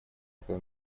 этого